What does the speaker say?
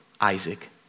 Isaac